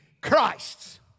Christ's